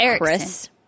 Chris